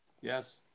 Yes